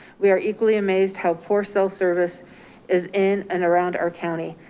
we are equally amazed how poor cell service is in and around our county.